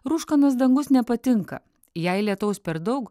rūškanas dangus nepatinka jei lietaus per daug